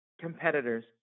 competitors